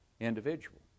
individual